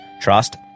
trust